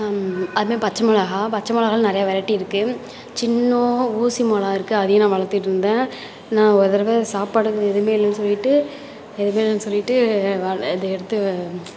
அதேமாரி பச்சைமொளகா பச்சைமொளகாயில் நிறையா வெரைட்டி இருக்குது சின்ன ஊசி மொள இருக்குது அதையும் நான் வளர்த்துட்ருந்தேன் நான் ஒரு தடவை சாப்பாடுக்கு எதுவுமே இல்லைனு சொல்லிவிட்டு எதுவுமே இல்லைனு சொல்லிவிட்டு இதை எடுத்து